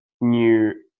new